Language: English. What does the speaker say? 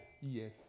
Yes